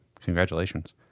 Congratulations